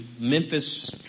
Memphis